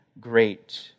great